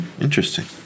Interesting